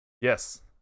Yes